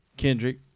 Kendrick